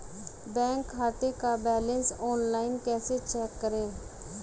Bank खाते का balance online कैसे चेक करें?